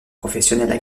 professionnelles